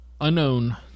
Unknown